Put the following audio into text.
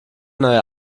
neuer